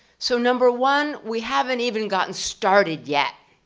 so number one, we haven't even gotten started yet.